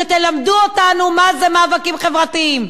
שתלמדו אותנו מה זה מאבקים חברתיים.